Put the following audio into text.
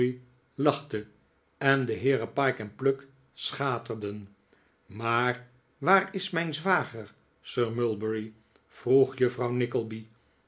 lachte en de heeren pyke en pluck schaterden maar waar is mijn zwager sir mulberry vroeg juffrouw